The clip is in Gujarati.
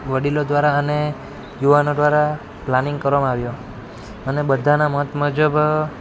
વડીલો દ્વારા અને યુવાનો દ્વારા પ્લાનિંગ કરવામાં આવ્યું અને બધાના મત મુજબ